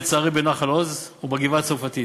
לצערי, בנחל-עוז ובגבעה-הצרפתית.